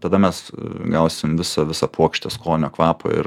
tada mes gausim visą visą puokštę skonio kvapo ir